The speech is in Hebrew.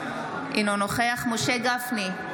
אינו נוכח משה גפני,